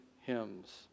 hymns